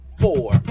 four